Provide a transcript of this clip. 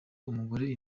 umugore